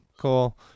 cool